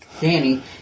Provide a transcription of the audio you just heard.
Danny